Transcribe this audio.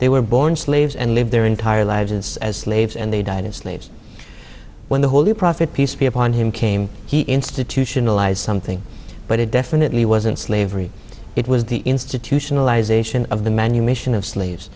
they were born slaves and lived their entire lives it's as slaves and they died in slaves when the holy prophet peace be upon him came he institutionalized something but it definitely wasn't slavery it was the institutionalization of the manumission of slaves